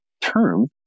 term